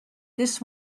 this